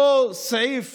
אותו סעיף